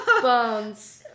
Bones